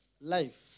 life